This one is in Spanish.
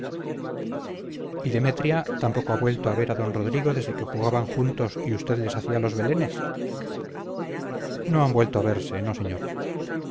beltrán y demetria tampoco ha vuelto a ver al d rodrigo desde que jugaban juntos y usted les hacía los belenes no han vuelto a verse no señor